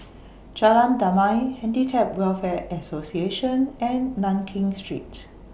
Jalan Damai Handicap Welfare Association and Nankin Street